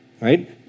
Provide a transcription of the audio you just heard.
right